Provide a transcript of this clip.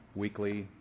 weekly,